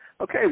Okay